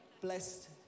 Blessed